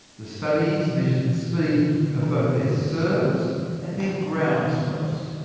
the studies measured the speed of both their serves and their ground-strokes.